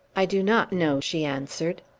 i do not know, she answered.